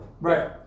Right